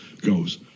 goes